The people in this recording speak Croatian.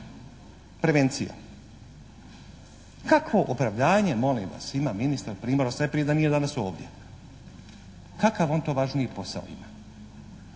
Prevencija. Kakvo opravdanje molim vas ima ministar Primorac, to je prije da nije danas ovdje. Kakav on to važniji posao ima?